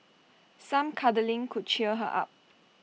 some cuddling could cheer her up